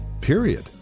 period